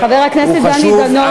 הוא חשוב,